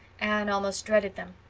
anne almost dreaded them.